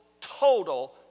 total